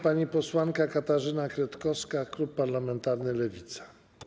Pani posłanka Katarzyna Kretkowska, klub parlamentarny Lewicy.